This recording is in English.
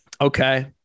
Okay